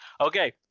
Okay